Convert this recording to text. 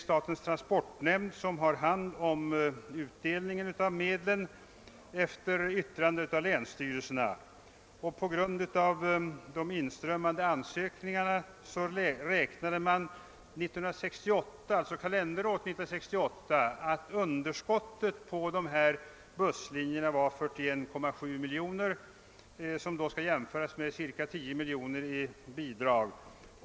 Statens transportnämnd har hand om utdelningen av medlen efter yttrande av länsstyrelserna. På grundval av de inströmmade ansökningarna beräknades för kalenderåret 1968 att underskottet på dessa busslinjer var 41,7 miljoner kronor, vilket skall jämföras med ca 10 miljoner kronor i bidrag.